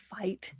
fight